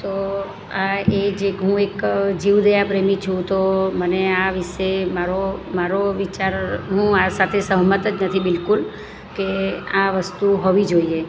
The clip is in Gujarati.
તો આ એ જ એક હું એક જીવદયા પ્રેમી છું તો મને આ વિષે મારો મારો વિચાર હું આ સાથે સહમત જ નથી બિલ્કુલ કે આ વસ્તુ હોવી જોઈએ